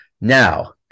Now